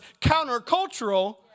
countercultural